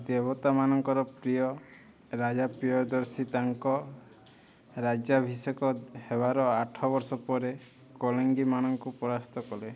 ଦେବତାମାନଙ୍କର ପ୍ରିୟ ରାଜା ପ୍ରିୟଦର୍ଶୀ ତାଙ୍କ ରାଜ୍ୟାଭିଷେକ ହେବାର ଆଠବର୍ଷ ପରେ କଳିଙ୍ଗୀ ମାନଙ୍କୁ ପରାସ୍ତ କଲେ